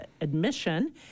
admission